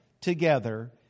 together